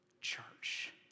church